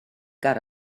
got